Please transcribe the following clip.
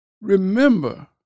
Remember